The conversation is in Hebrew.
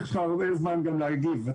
יש לך הרבה זמן גם להגיב,